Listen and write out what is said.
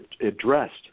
addressed